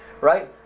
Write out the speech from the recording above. right